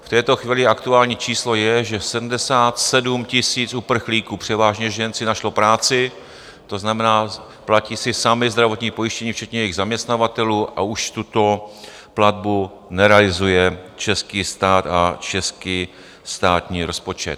V této chvíli aktuální číslo je, že 77 000 uprchlíků, převážně žen, si našlo práci, to znamená, platí si sami zdravotní pojištění, včetně jejich zaměstnavatelů, a už tuto platbu nerealizuje český stát a český státní rozpočet.